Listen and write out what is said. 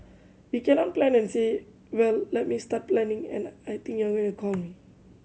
we cannot plan and say well let me start planning and I think you are to call me